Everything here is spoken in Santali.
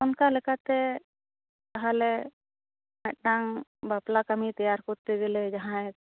ᱚᱱᱠᱟ ᱞᱮᱠᱟᱛᱮ ᱛᱟᱦᱚᱞᱮ ᱢᱤᱫ ᱴᱟᱝ ᱵᱟᱯᱞᱟ ᱠᱟᱹᱢᱤ ᱛᱮᱭᱟᱨ ᱠᱚᱨᱛᱮ ᱜᱮᱞᱮ ᱡᱟᱦᱟᱸᱭ